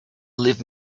leave